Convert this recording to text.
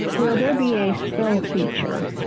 will there be a skill feature